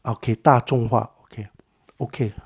okay 大众化 okay okay